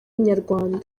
inyarwanda